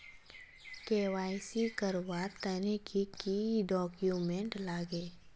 KYC करवार तने की की डॉक्यूमेंट लागे?